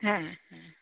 হ্যাঁ হ্যাঁ